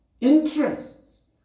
interests